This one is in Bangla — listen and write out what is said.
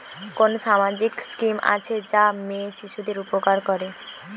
কোন সামাজিক স্কিম আছে যা মেয়ে শিশুদের উপকার করে?